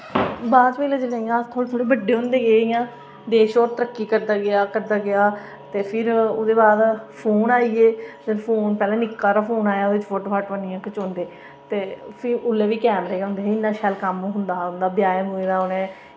बाद बेल्लै अस थोह्ड़े बड्डे होंदे गे इंया देश होर तरक्की करदा गेआ करदा गेआ ते फिर ओह्दे बाद फोन आई गे ते पैह्ले निरक्का हारा फोन आया ओह्दे ई फोटो निं हे खचोंदे ते उसलै बी कैमरे होंदे हे इन्ना शैल कम्म होंदा हा ब्याहें इंया हून